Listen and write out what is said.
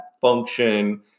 function